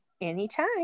anytime